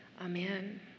Amen